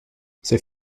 c’est